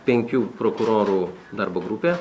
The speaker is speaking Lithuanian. penkių prokurorų darbo grupė